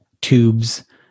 tubes